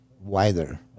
wider